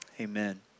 Amen